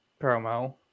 promo